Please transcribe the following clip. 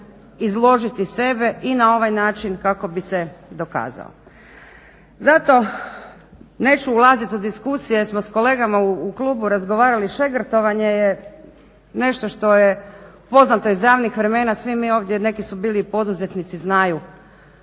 izložiti sebe i na ovaj način kako bi se dokazao. Zato neću ulaziti u diskusije, jer smo sa kolegama u klubu razgovarali. Šegrtovanje je nešto što je poznato iz davnih vremena, svi mi ovdje jer neki su bili i poduzetnici znaju